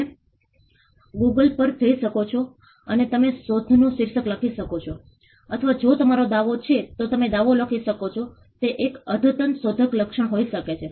અમે આ ક્ષેત્રના પુનર્નિર્માણ અને પુનર્વસવાટ પ્રતિસાદ અને રાહત માટે એક્શન પ્લાન બનાવવાનું શરૂ કર્યું